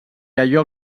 allò